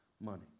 money